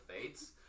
Fates